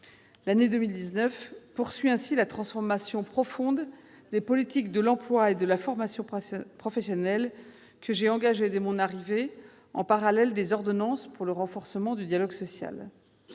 2019, nous poursuivrons la transformation profonde des politiques de l'emploi et de la formation professionnelle que j'ai engagée dès mon arrivée, en parallèle des ordonnances pour le renforcement du dialogue social.